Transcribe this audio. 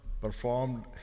performed